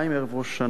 ערב ראש השנה,